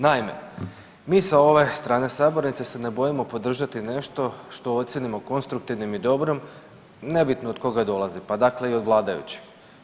Naime, mi sa ove strane sabornice se ne bojimo podržati nešto što ocijenimo konstruktivnim i dobrom, nebitno od koga dolazi, pa dakle i od vladajućih.